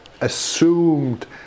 assumed